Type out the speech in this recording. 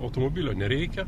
automobilio nereikia